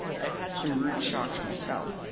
i have had some rude shocks myself.